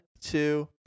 two